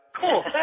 Cool